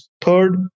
third